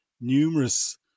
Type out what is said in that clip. numerous